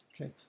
Okay